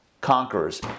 conquerors